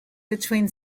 between